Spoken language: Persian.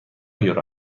یورو